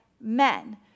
men